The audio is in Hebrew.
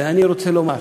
ואני רוצה לומר